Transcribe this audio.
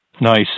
Nice